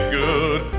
good